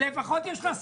לפחות יש לה שכל,